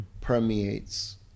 permeates